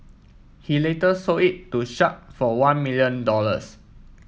he later sold it to Sharp for one million dollars